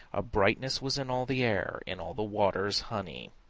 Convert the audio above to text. a brightness was in all the air, in all the waters, honey.